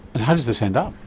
and how does this end up?